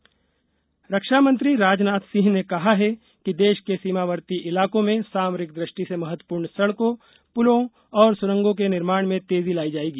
राजनाथ बैठक रक्षामंत्री राजनाथ सिंह ने कहा है कि देश के सीमावर्ती इलाकों में सामरिक दृष्टि से महत्वपूर्ण सड़कों पुलों और सुरंगों के निर्माण में तेजी लाई जाएगी